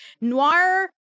noir